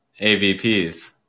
avps